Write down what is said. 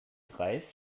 greis